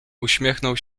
uśmiechnął